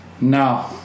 No